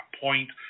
point